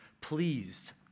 pleased